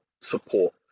support